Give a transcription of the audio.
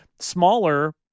smaller